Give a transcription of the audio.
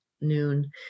noon